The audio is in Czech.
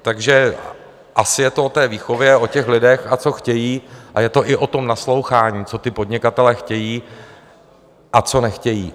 Takže asi je to o té výchově, o těch lidech, a co chtějí, a je to i o tom naslouchání, co ti podnikatelé chtějí a co nechtějí.